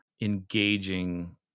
engaging